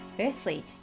Firstly